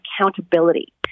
accountability